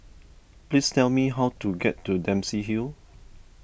please tell me how to get to Dempsey Hill